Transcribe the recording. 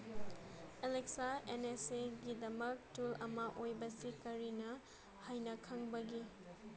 Alexa N S ꯑꯦꯒꯤꯗꯃꯛ ꯇꯨꯜ ꯑꯃ ꯑꯣꯏꯕꯁꯤ ꯀꯔꯤꯅꯤ ꯍꯥꯏꯅ ꯈꯟꯕꯒꯦ